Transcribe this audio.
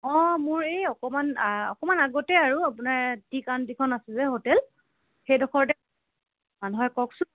অঁ মোৰ এই অকণমান অকণমান আগতে আৰু আপোনাৰ টিকান যিখন আছে যে হোটেল সেইডোখৰতে মানুহয় কওকচোন